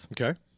Okay